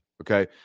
Okay